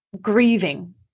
grieving